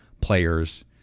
players